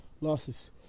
losses